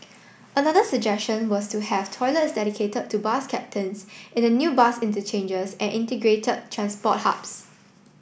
another suggestion was to have toilets dedicated to bus captains in the new bus interchanges and integrated transport hubs